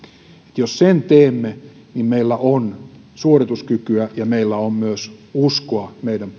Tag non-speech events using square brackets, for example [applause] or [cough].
jos sen teemme niin meillä on suorituskykyä ja meillä on myös uskoa meidän [unintelligible]